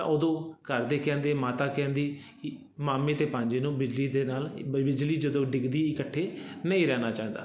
ਤਾਂ ਉਦੋਂ ਘਰ ਦੇ ਕਹਿੰਦੇ ਮਾਤਾ ਕਹਿੰਦੀ ਕਿ ਮਾਮੇ ਅਤੇ ਭਾਣਜੇ ਨੂੰ ਬਿਜਲੀ ਦੇ ਨਾਲ ਬਿਜਲੀ ਜਦੋਂ ਡਿੱਗਦੀ ਇਕੱਠੇ ਨਹੀਂ ਰਹਿਣਾ ਚਾਹੀਦਾ